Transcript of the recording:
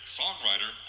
songwriter